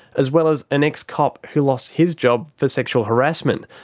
as well as an ex-cop who lost his job for sexual harassment,